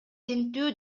тинтүү